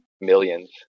millions